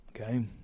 Okay